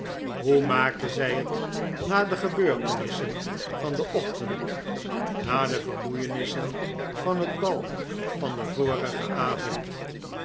hoe maakte zij het na de gebeurtenissen van den ochtend na de vermoeienissen van het bal van den vorigen avond